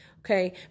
Okay